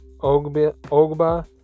Ogba